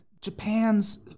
Japan's